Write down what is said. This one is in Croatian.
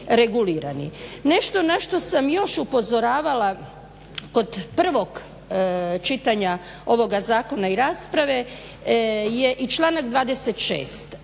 Nešto na što sam još upozoravala kod prvog čitanja ovoga zakona i rasprave je i članak 26.